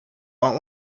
want